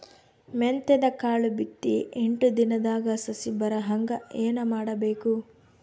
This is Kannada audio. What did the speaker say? ಮೆಂತ್ಯದ ಕಾಳು ಬಿತ್ತಿ ಎಂಟು ದಿನದಾಗ ಸಸಿ ಬರಹಂಗ ಏನ ಮಾಡಬೇಕು?